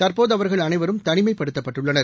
தற்போதுஅவர்கள் அனைவரும் தனிமைப்படுத்தப்பட்டுள்ளனர்